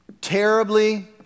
terribly